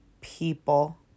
People